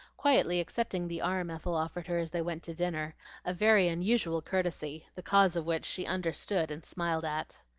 quietly accepting the arm ethel offered her as they went to dinner a very unusual courtesy, the cause of which she understood and smiled at.